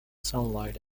sunlight